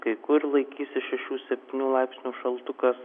kai kur laikysis šešių septynių laipsnių šaltukas